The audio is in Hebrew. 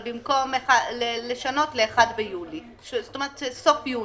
אבל לשנות לסוף יוני,